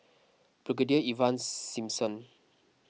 Brigadier Ivan Simson